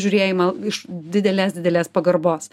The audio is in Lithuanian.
žiūrėjimą iš didelės didelės pagarbos